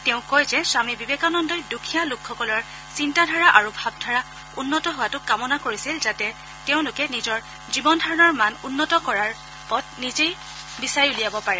তেওঁ কয় যে স্বমী বিবেকানন্দই দুখীয়া লোকসকলৰ চিন্তা ধাৰা আৰু ভাৱধাৰা উন্নত হোৱাতো কামনা কৰিছিল যাতে তেওঁলোকে নিজৰ জীৱন ধাৰণৰ মান উন্নত কৰাৰ পথ নিজেই বিচাৰি উলিয়াব পাৰে